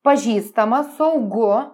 pažįstama saugu